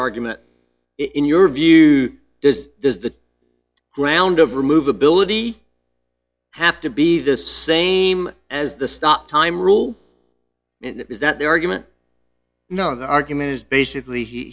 argument in your view does does the ground of remove ability have to be the same as the stop time rule is that their argument no the argument is basically he